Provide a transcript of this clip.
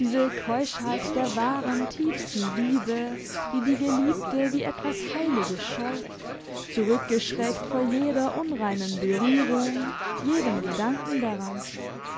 diese keuschheit der wahren tiefsten liebe die die geliebte wie etwas heiliges scheut zurückgeschreckt vor jeder unreinen berührung jedem gedanken daran